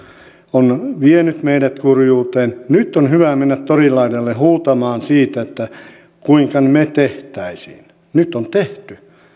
on vienyt meidät kurjuuteen nyt on hyvä mennä torin laidalle huutamaan siitä kuinka me tekisimme nyt on tehty